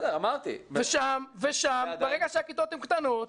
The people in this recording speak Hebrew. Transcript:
ושם ברגע שהכיתות הן קטנות,